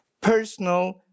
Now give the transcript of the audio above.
personal